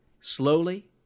slowly